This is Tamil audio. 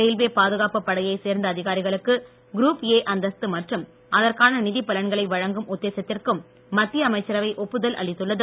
ரயில்வே பாதுகாப்புப் படையைச் சேர்ந்த அதிகாரிகளுக்கு குரூப் ஏ அந்தஸ்து மற்றும் அதற்கான நிதிப் பலன்களை வழங்கும் உத்தேசத்திற்கும் மத்திய அமைச்சரவை ஒப்புதல் அளித்துள்ளது